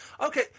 Okay